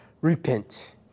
Repent